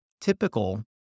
typical